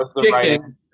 chicken